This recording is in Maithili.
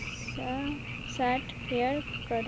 सँ साटफेयर करू